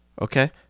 Okay